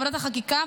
עבודת החקיקה,